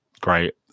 Great